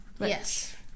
Yes